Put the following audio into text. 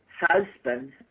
husband